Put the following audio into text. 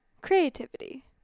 creativity